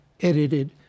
edited